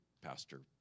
pastor